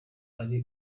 ari